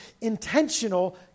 intentional